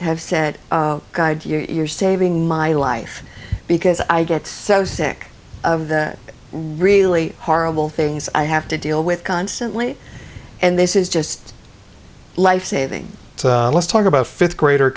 have said god you're saving my life because i get so sick of the really horrible things i have to deal with constantly and this is just life saving let's talk about fifth grader